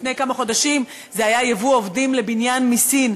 לפני כמה חודשים זה היה ייבוא עובדים לבניין מסין.